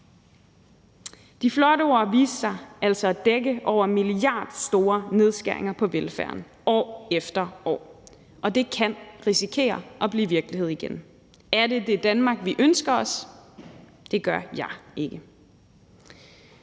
De flotte ord viste sig altså at dække over milliardstore nedskæringer på velfærden år efter år, og det kan risikere at blive virkelighed igen. Er det dét Danmark, vi ønsker os? Det gør jeg ikke.